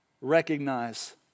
recognize